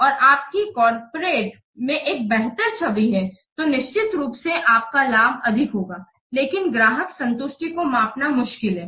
और आपकी कॉर्पोरेट में एक बेहतर छवि है तो निश्चित रूप से आपका लाभ अधिक होगा लेकिन ग्राहक संतुष्टी को मापना मुश्किल है